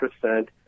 percent